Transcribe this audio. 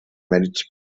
mèrits